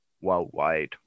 worldwide